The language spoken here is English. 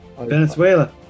Venezuela